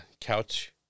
couch